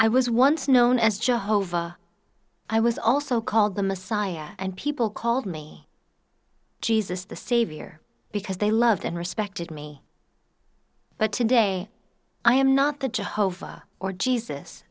i was once known as joe hova i was also called the messiah and people called me jesus the savior because they loved and respected me but today i am not the jehovah or jesus